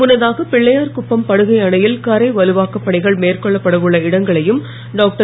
முன்னதாக பிள்ளையார்குப்பம் படுகை அணையில் கரை வலுவாக்கப் பணிகள் மேற்கொள்ளப்படவுள்ள இடங்களையும் டாக்டர்